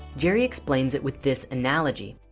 jerry explains it with this analogy.